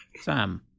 sam